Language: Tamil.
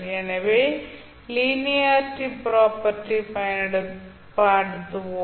எனவே லீனியரிட்டி ப்ராப்பர்ட்டி பயன்படுத்துவோம்